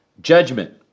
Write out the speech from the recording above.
judgment